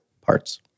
parts